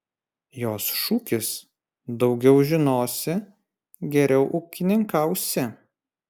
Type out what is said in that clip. jos šūkis daugiau žinosi geriau ūkininkausi